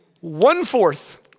one-fourth